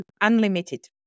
unlimited